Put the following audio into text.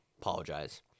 Apologize